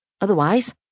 Otherwise